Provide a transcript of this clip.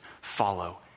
follow